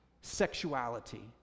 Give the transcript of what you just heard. sexuality